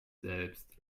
selbst